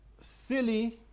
silly